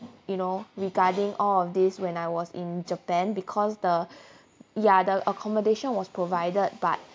you know regarding all of this when I was in japan because the ya the accommodation was provided but